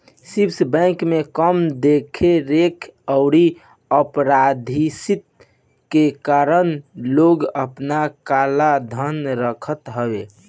Swiss bank में कम देख रेख अउरी अपारदर्शिता के कारण लोग आपन काला धन रखत हवे